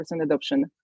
adoption